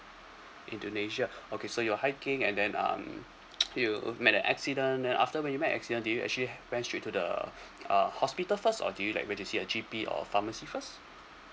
indenesia okay so you're hiking and then um you met an accident then after when you met accident did you actually went straight to the uh hospital first or did you like went to see G_P or pharmacy first